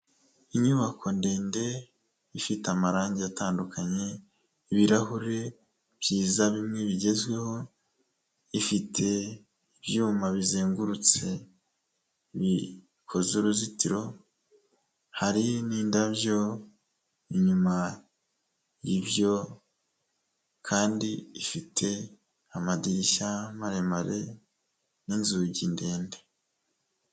Inyubako ndende ifite amarangi atandukanye, ibirahuri byiza bimwe bigezweho, ifite ibyuma bizengurutse bikoze uruzitiro hari n'indabyo inyuma yibyo kandi ifite amadirishya maremare n'inzugi ndende.